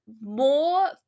more